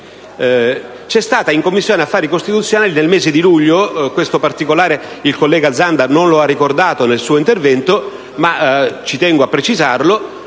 di legge. In Commissione affari costituzionali, nel mese di luglio - questo particolare il collega Zanda non l'ha ricordato nel suo intervento, ma ci tengo a precisarlo